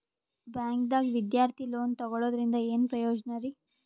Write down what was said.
ಬ್ಯಾಂಕ್ದಾಗ ವಿದ್ಯಾರ್ಥಿ ಲೋನ್ ತೊಗೊಳದ್ರಿಂದ ಏನ್ ಪ್ರಯೋಜನ ರಿ?